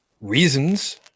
reasons